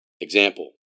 Example